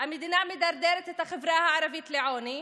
המדינה מדרדרת את החברה הערבית לעוני,